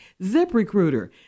ZipRecruiter